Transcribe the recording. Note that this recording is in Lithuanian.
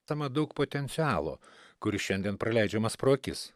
tame daug potencialo kuris šiandien praleidžiamas pro akis